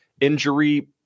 injury